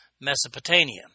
Mesopotamia